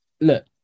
Look